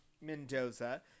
Mendoza